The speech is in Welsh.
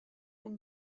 yng